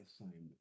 assignment